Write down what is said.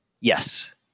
Yes